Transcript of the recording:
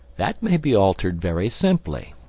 that may be altered very simply.